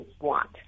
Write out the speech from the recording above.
want